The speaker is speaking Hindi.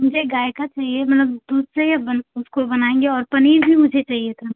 मुझे गाय का चाहिए मतलब दूध से ही अपन उसको बनाएँगे और पनीर भी मुझे चाहिए था